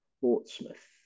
Portsmouth